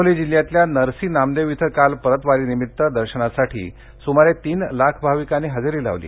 हिंगोली जिल्ह्यातल्या नरसी नामदेव इथं काल परतवारीनिमित्त दर्शनासाठी सुमारे तीन लाख भाविकांनी हजेरी लावली